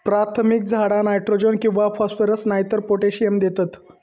प्राथमिक झाडा नायट्रोजन किंवा फॉस्फरस नायतर पोटॅशियम देतत